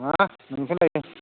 नङा नोंनिफ्रायनो लाबोदों